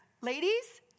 ladies